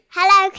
Hello